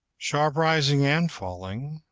sharp rising and falling